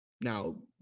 Now